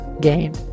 game